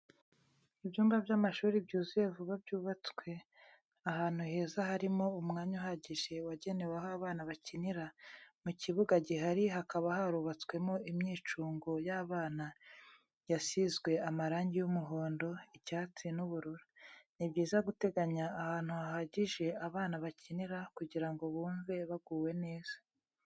Ibyumba by'amashuri byuzuye vuba byubatswe ahantu heza hari umwanya uhagije wagenewe aho abana bakinira mu kibuga gihari hakaba harubatswemo imyicungo y'abana yasizwe amarangi y'umuhondo, icyatsi n'ubururu. Ni byiza guteganya ahantu hahagije abana bakinira kugira ngo bumwe baguwe neza.